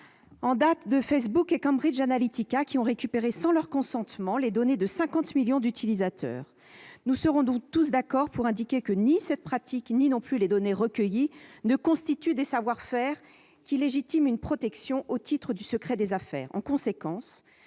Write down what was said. en date impliquant Facebook et Cambridge Analytica, qui ont récupéré sans leur consentement les données de 50 millions d'utilisateurs. Nous serons tous d'accord pour indiquer que ni cette pratique ni les données recueillies ne constituent des savoir-faire qui légitiment une protection au titre du secret des affaires. En conséquence,